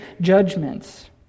judgments